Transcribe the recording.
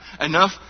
enough